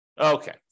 Okay